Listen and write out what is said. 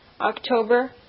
October